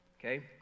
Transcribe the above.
Okay